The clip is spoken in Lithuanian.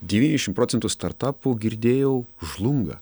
dvyešim procentų startapų girdėjau žlunga